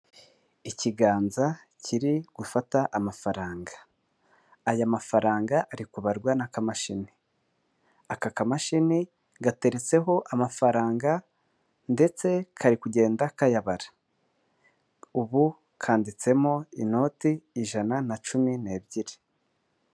Ikiganza kiri gufata amafaranga. Aya mafaranga ari kubarwa n'akamashini. Aka kamashini gateretseho amafaranga, ndetse kari kugenda kayabara. Ubu kanditsemo inote ijana na cumi n'ebyiri.